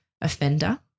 offender